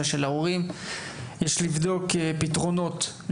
יש לבדוק פתרונות לצמצם את הפער הזה.